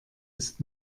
ist